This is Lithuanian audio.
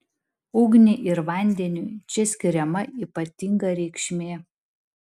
ugniai ir vandeniui čia skiriama ypatinga reikšmė